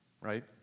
right